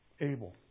Abel